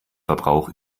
verbrauch